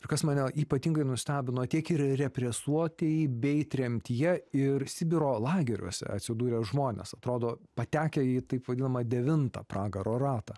ir kas mane ypatingai nustebino tiek ir represuotieji bei tremtyje ir sibiro lageriuose atsidūrę žmonės atrodo patekę į taip vadinamą devintą pragaro ratą